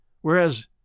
whereas